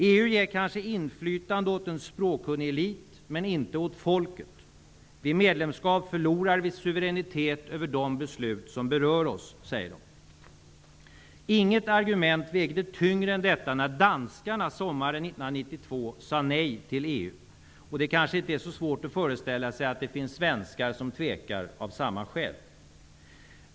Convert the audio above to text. EU ger kanske inflytande åt en språkkunnig elit, men inte åt folket. De säger att vi förlorar suveränitet över de beslut som berör oss. Inget argument vägde tyngre än detta när danskarna sommaren 1992 sade nej till EU. Det är kanske inte så svårt att föreställa sig att det finns svenskar som tvekar av samma skäl.